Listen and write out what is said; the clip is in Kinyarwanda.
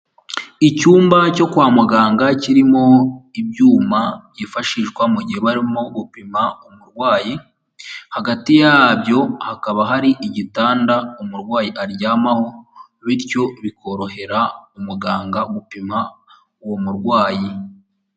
Icyumba cyo kwa muganga kirimo ibyuma byifashishwa mu gihe barimo gupima umurwayi, hagati yabyo hakaba hari igitanda umurwayi aryamaho bityo bikorohera umuganga gupima uwo murwayi.